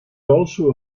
also